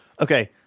Okay